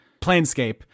planescape